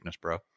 bro